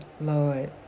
Lord